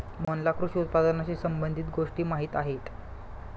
मोहनला कृषी उत्पादनाशी संबंधित गोष्टी माहीत आहेत